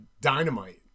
Dynamite